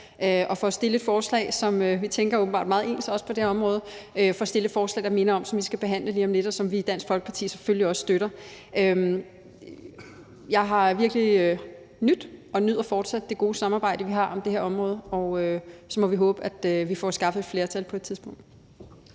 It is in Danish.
og for at fremsætte et forslag – vi tænker åbenbart meget ens, også på det her område – der minder om det her, og som vi skal behandle lige om lidt, og som vi i Dansk Folkeparti selvfølgelig også støtter. Jeg har virkelig nydt og nyder fortsat det gode samarbejde, vi har på det her område, og så må vi håbe, at vi får skaffet et flertal på et tidspunkt.